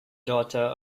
daughter